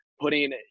putting